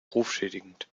rufschädigend